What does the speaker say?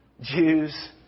Jews